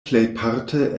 plejparte